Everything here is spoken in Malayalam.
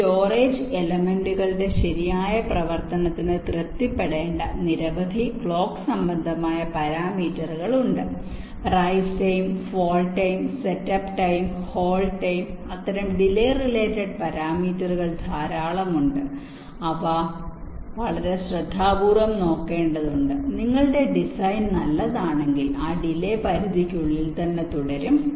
ഈ സ്റ്റോറേജ് എലെമെന്റുകളുടെ ശരിയായ പ്രവർത്തനത്തിന് തൃപ്തിപ്പെടേണ്ട നിരവധി ക്ലോക്ക് സംബന്ധമായ പരാമീറ്ററുകൾ ഉണ്ട് rise time fall time setup time hold time അത്തരം ഡിലെ റിലേറ്റഡ് പരാമീറ്ററുകൾ ധാരാളം ഉണ്ട് അവ വളരെ ശ്രദ്ധാപൂർവ്വം നോക്കേണ്ടതുണ്ട് നിങ്ങളുടെ ഡിസൈൻ നല്ലതാണെങ്കിൽ ആ ഡിലെ പരിധിക്കുള്ളിൽ തന്നെ തുടരും